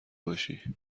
باشی